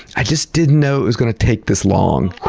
i just didn't know it was going to take this long.